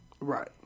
right